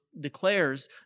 declares